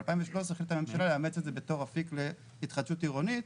ב-2013 החליטה הממשלה לאמץ את זה בתור אפיק להתחדשות עירונית,